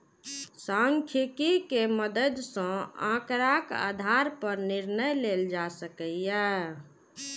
सांख्यिकी के मदति सं आंकड़ाक आधार पर निर्णय लेल जा सकैए